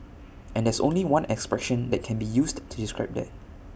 and there's only one expression that can be used to describe that